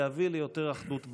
להביא ליותר אחדות בעם.